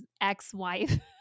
ex-wife